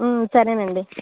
సరే అండి